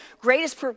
greatest